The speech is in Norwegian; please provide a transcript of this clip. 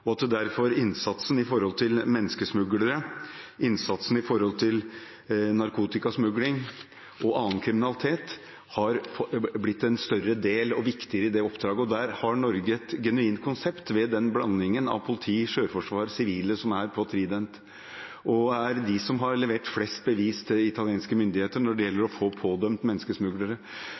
Derfor har innsatsen når det gjelder menneskesmuglere, og innsatsen når det gjelder narkotikasmugling og annen kriminalitet blitt en større del og viktigere i det oppdraget. Der har Norge et genuint konsept ved den blandingen av politi, sjøforsvar og sivile som er i Triton, og det er de som har levert flest bevis til italienske myndigheter når det gjelder å få pådømt menneskesmuglere.